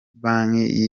banki